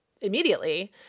immediately